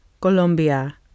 Colombia